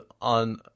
on